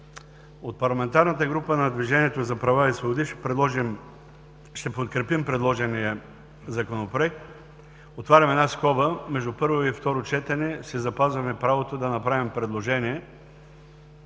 От парламентарната група на „Движението за права и свободи“ ще подкрепим предложения Законопроект. Отварям една скоба – между първо и второ четене си запазваме правото да направим предложения,